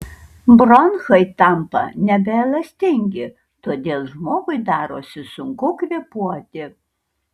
bronchai tampa nebeelastingi todėl žmogui darosi sunku kvėpuoti